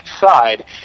side